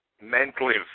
mentally